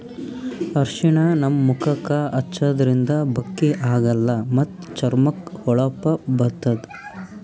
ಅರ್ಷಿಣ ನಮ್ ಮುಖಕ್ಕಾ ಹಚ್ಚದ್ರಿನ್ದ ಬಕ್ಕಿ ಆಗಲ್ಲ ಮತ್ತ್ ಚರ್ಮಕ್ಕ್ ಹೊಳಪ ಬರ್ತದ್